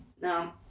No